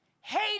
hate